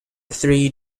three